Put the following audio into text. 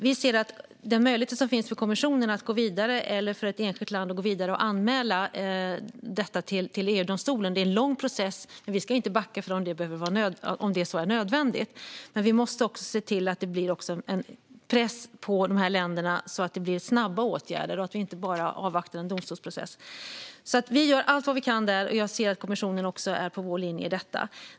Vi ser att den möjlighet som finns för kommissionen eller ett enskilt land att gå vidare och anmäla detta till EU-domstolen innebär en lång process, men vi ska inte backa från det om det är nödvändigt. Vi måste dock se till att det blir press på de här länderna så att det blir snabba åtgärder och inte bara avvakta en domstolsprocess. Vi gör alltså allt vi kan där, och jag ser att kommissionen är på vår linje i detta.